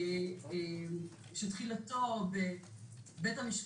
שתחילתו בבית המשפט,